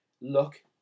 look